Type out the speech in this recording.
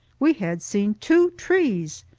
we had seen two trees!